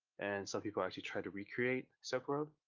and some people actually tried to recreate silk road,